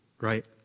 right